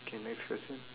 k next question